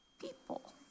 people